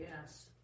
Yes